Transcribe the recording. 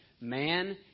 Man